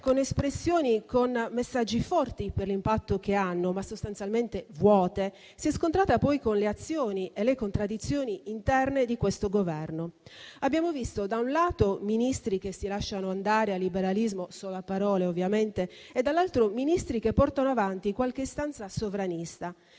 con espressioni e messaggi forti per l'impatto che hanno, ma sostanzialmente vuoti, si è scontrata poi con le azioni e le contraddizioni interne di questo Governo. Abbiamo visto, da un lato, Ministri che si lasciano andare al liberalismo - solo a parole, ovviamente - e, dall'altro, lato - Ministri che portano avanti qualche istanza sovranista.